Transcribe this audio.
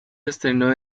estrenó